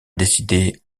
décidé